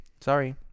sorry